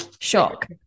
shock